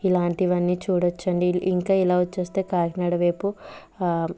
ఇలాంటివన్నీ చూడచ్చండి ఇంకా ఇలా వచ్చేస్తే కాకినాడ వైపు